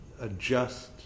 adjust